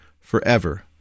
forever